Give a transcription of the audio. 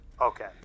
Okay